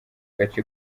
gace